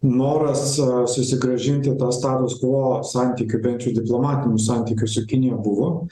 noras susigrąžinti tą status kvo santykių bent jau diplomatinių santykių su kinija buvo